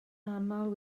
aml